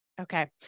okay